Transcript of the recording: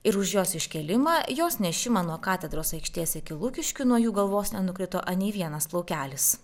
ir už jos iškėlimą jos nešimą nuo katedros aikštės iki lukiškių nuo jų galvos nenukrito anei vienas plaukelis